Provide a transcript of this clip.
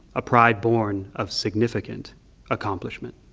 a pride born of significant accomplishment.